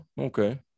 okay